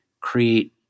create